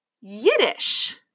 Yiddish